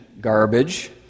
garbage